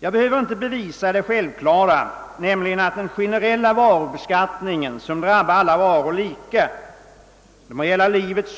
Jag behöver inte bevisa det självklara, nämligen att den generella varubeskattningen som drabbar alla varor lika — det må gälla livets